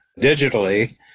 digitally